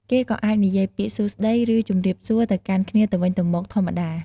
គេក៏អាចនិយាយពាក្យ សួស្ដី ឬ ជម្រាបសួរ ទៅកាន់គ្នាទៅវិញទៅមកធម្មតា។